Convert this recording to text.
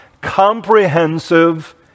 comprehensive